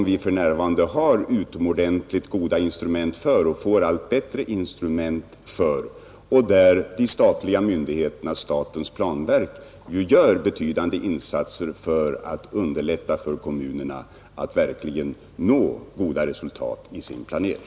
Vi får allt bättre instrument för en sådan översiktsplanering, den statliga myndigheten, statens planverk, gör också betydelsefulla insatser för att underlätta för kommunerna att verkligen nå goda resultat i sin planering.